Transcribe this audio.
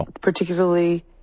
particularly